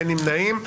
אין נמנעים.